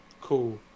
cool